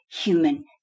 human